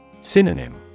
Synonym